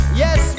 yes